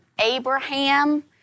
Abraham